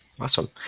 Awesome